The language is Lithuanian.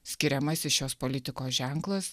skiriamasis šios politikos ženklas